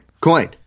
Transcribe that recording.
coin